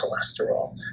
cholesterol